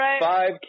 five